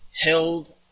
held